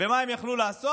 ומה הם יכלו לעשות?